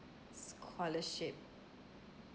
scholarship